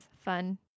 fun